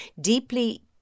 deeply